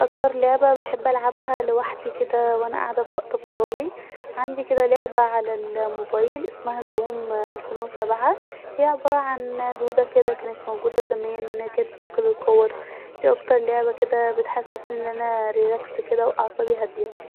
اكتر لعبه بحب اللعبها لوحدي كدا وانا قاعده في وقت فراغي عندي كدا لعبه علي الموبايل اسمها زوما الفين وسبعة هي عباره عن دوده كدا كانت موجودة زمان كانت بتاكل الكور ديه اكتر لعبه كدا بتحسسني أن انا ريلاكس كدا واعصابي هاديه